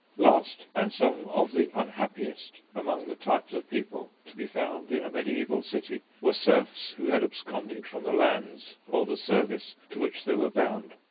last, and some of the unhappiest, among the types of people to be found in a mediaeval city were serfs who had absconded from the lands or the service to which they were bound.